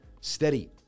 steady